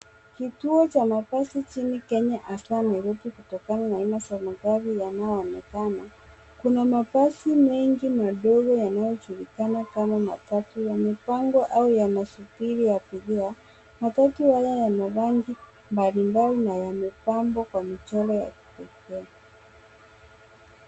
Kituo cha mabasi nchini Kenya hasa Nairobi kutokana na magari yanayoonekana. Kuna mabasi mengi madogo yanayojulikana kama matatu yamepangwa au yanasubiri abiria . Matatu haya yana rangi, mbali mbali na yamepambwa kwa michoro ya kipekee.